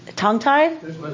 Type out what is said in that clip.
Tongue-tied